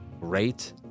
great